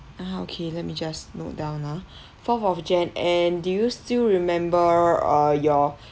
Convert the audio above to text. ah okay let me just note down ah fourth of jan and do you still remember uh your